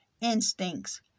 instincts